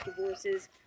divorces